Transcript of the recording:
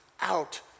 out